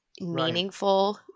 meaningful